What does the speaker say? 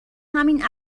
همین